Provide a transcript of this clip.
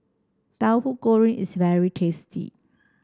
Tahu Goreng is very tasty